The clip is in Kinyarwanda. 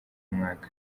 mwaka